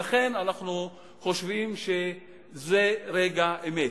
ולכן אנחנו חושבים שזה רגע האמת.